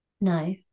no